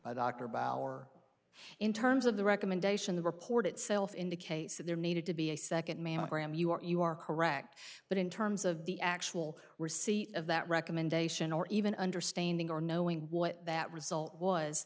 bauer in terms of the recommendation the report itself indicates that there needed to be a second mammogram you are you are correct but in terms of the actual receipt of that recommendation or even understanding or knowing what that result was